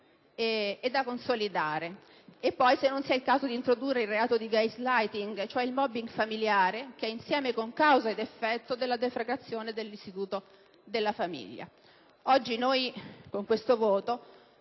da consolidare. E poi ci siamo chieste se non sia il caso di introdurre il reato di *gaslighting*, cioè di *mobbing* familiare, che è insieme concausa ed effetto della deflagrazione dell'istituto della famiglia. Oggi con questo voto